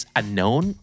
unknown